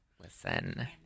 Listen